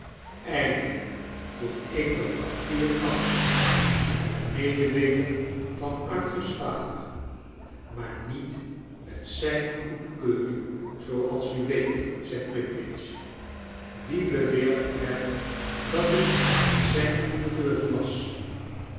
eindelijk toen ik dat papier achterhield met medeweten van arthur's vader maar niet met zijn goedkeuring zooals u weet zei flintwinch r wie beweert er dat het met zijn goedkeuring was